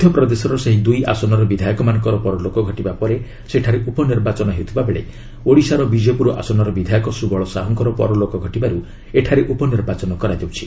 ମଧ୍ୟପ୍ରଦେଶର ସେହି ଦୁଇ ଆସନର ବିଧାୟକମାନଙ୍କର ପରଲୋକ ଘଟିବା ପରେ ସେଠାରେ ଉପନିର୍ବାନ ହେଉଥିବା ବେଳେ ଓଡ଼ିଶାର ବିଜେପୁର ଆସନର ବିଧାୟକ ସୁବଳ ସାହୁଙ୍କର ପରଲୋକ ଘଟିବାରୁ ଏଠାରେ ଉପନିର୍ବାଚନ କରାଯାଉଛି